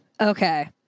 Okay